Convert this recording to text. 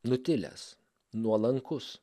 nutilęs nuolankus